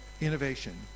Innovation